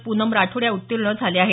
पूनम राठोड या उत्तीर्ण झाल्या आहेत